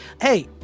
hey